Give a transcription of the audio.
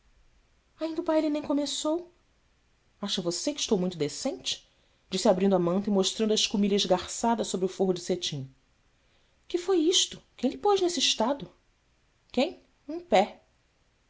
ainda o baile nem começou cha você que estou muito decente disse abrindo a manta e mostrando a escumilha esgarçada sobre o forro de cetim ue foi isto quem lhe pôs nesse estado uem m pé